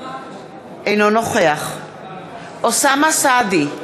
אינו נוכח אוסאמה סעדי,